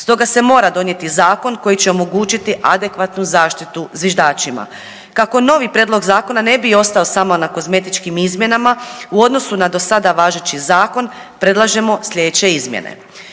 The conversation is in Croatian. Stoga se mora donijeti zakon koji će omogućiti adekvatnu zaštitu zviždačima. Kako novi prijedlog zakona ne bi ostao samo na kozmetičkim izmjenama u odnosu na dosada važeći zakon predlažemo slijedeće izmjene.